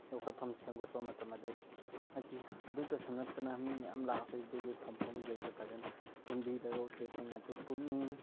ꯌꯣꯛꯈꯠꯐꯝ ꯁꯦꯝꯒꯠꯄ ꯃꯇꯝ ꯑꯗꯨꯗ ꯍꯥꯏꯕꯗꯤ ꯑꯗꯨꯗꯁꯨ ꯅꯠꯇꯅ ꯃꯤ ꯃꯌꯥꯝ ꯂꯥꯛꯄꯩꯗꯨꯒꯤ ꯐꯝꯐꯝ ꯀꯩꯀꯩ ꯐꯖꯅ ꯁꯦꯝꯕꯤꯔꯒ ꯎꯆꯦꯛꯁꯤꯡ ꯑꯗꯣ ꯄꯨꯛꯅꯤꯡ